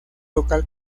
local